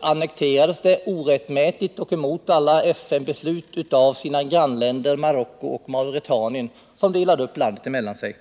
annekterades Västra Sahara — orättmätigt och mot alla FN-beslut — av sina grannländer Marocko och Mauretanien, som delade upp landet emellan sig.